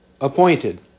appointed